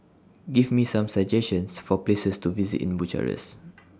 Give Me Some suggestions For Places to visit in Bucharest